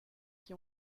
qui